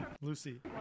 Lucy